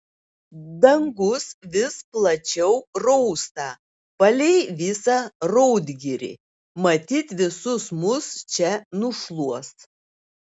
dangus vis plačiau rausta palei visą raudgirį matyt visus mus čia nušluos